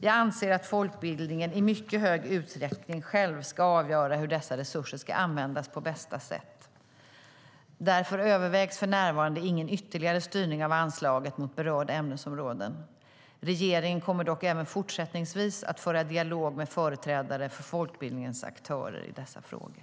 Jag anser att folkbildningen i mycket hög utsträckning själv ska avgöra hur dessa resurser ska användas på bästa sätt. Därför övervägs för närvarande ingen ytterligare styrning av anslaget mot berörda ämnesområden. Regeringen kommer dock även fortsättningsvis att föra dialog med företrädare för folkbildningens aktörer i dessa frågor.